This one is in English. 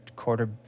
quarter